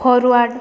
forward